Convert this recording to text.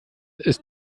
ist